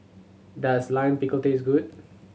does Lime Pickle taste good